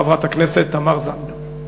חברת הכנסת תמר זנדברג.